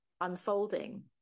unfolding